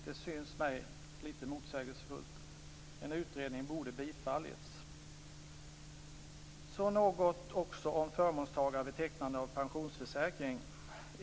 Det syns mig lite motsägelsefullt. En utredning borde ha bifallits. Så något också om förmånstagare vid tecknande av pensionsförsäkring.